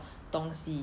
mm